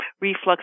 reflux